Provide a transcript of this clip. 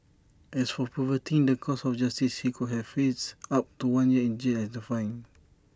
as for perverting the course of justice he could have faced up to one year in jail and A fine